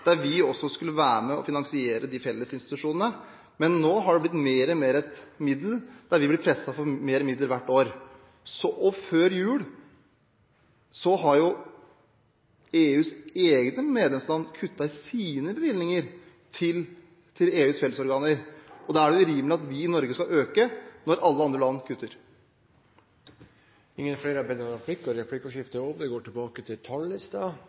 der vi skal være med og finansiere de felles institusjonene, men nå har den blitt mer og mer et middel som brukes for å presse oss for mer midler hvert år. Før jul har EUs egne medlemsland kuttet i sine bevilgninger til EUs felles organer, og da er det urimelig at vi i Norge skal øke når alle andre land kutter. Replikkordskiftet